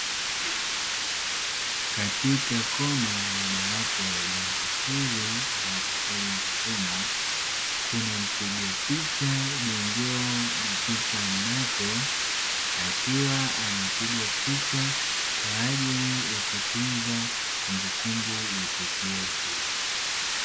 Katika kona mojawapo ya jengo jili la matofari ya kuchoma kuna mpiga picha jongeo na picha mnato akiwa anapiga picha kwa ajili ya kutunza kumbukumbu ya tukio hili.